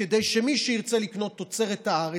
כדי שמי שירצה לקנות תוצרת הארץ,